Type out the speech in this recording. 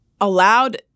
allowed